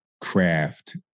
craft